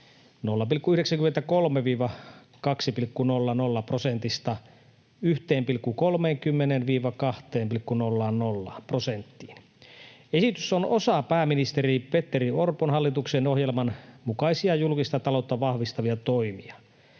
0,93—2,00 prosentista, 1,30—2,00 prosenttiin. Esitys on osa pääministeri Petteri Orpon hallituksen ohjelman mukaisia julkista taloutta vahvistavia toimia.